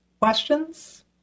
questions